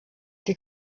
die